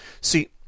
See